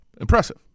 Impressive